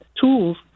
tools